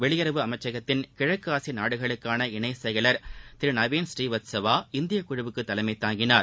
வெளியுறவுஅமைச்சகத்தின்கிழக்குஆசியநாடுகளுக்கானஇணைசெயலர்திருநவீன்ஸ்ரீவத்சவா இந்தியகுழுவுக்குதலைமைதாங்கினார்